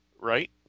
right